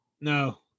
no